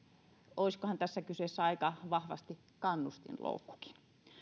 olisikohan tässä kyseessä aika vahvasti kannustinloukkukin